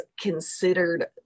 considered